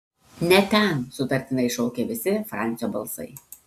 ne ten sutartinai šaukė visi francio balsai